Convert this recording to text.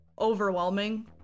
overwhelming